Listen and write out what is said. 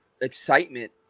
excitement